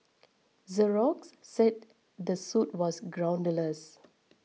Xerox said the suit was groundless